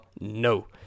no